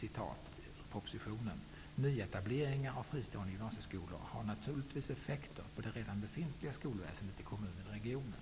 i propositionen följande: ''Nyetableringar av fristående gymnasieskolor har naturligtvis effekter på det redan befintliga skolväsendet i kommunen och regionen.